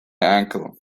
ankle